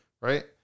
Right